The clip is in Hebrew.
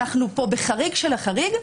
אנחנו פה בחריג של החריג,